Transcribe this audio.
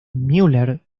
müller